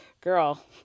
Girl